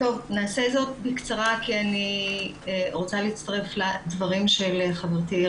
נעשה זאת בקצרה כי אני רוצה להצטרף לדברים של חברתי,